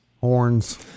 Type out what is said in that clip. Horns